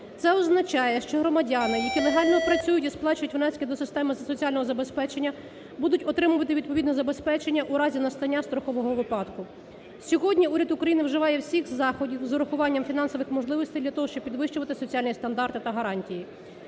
Це означає, що громадяни, які легально працюють і сплачують внески до системи соціального забезпечення, будуть отримувати відповідне забезпечення у разі настання страхового випадку. Сьогодні уряд України вживає всіх заходів з урахуванням фінансових можливостей для того, щоб підвищувати соціальні стандарти та гарантії.